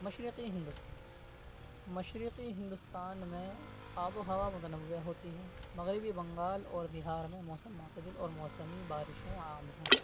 مشرقی ہندوستان مشرقی ہندوستان میں آب و ہوا متنوع ہوتی ہے مغربی بنگال اور بہار میں موسم معتدل اور موسمی بارشیں عام ہیں